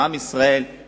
אז עם ישראל הוא